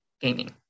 gaming